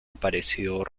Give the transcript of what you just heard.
aparecido